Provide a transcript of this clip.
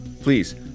Please